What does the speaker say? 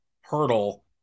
hurdle